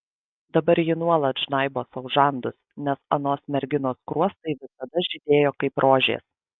dabar ji nuolat žnaibo sau žandus nes anos merginos skruostai visada žydėjo kaip rožės